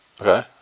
Okay